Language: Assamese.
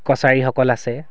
কছাৰীসকল আছে